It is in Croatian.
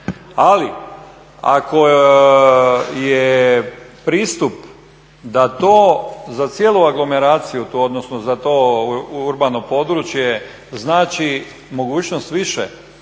Ali ako je pristup da to za cijelu aglomeraciju odnosno za to urbano područje znači mogućnost više